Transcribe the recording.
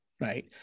right